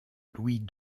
louis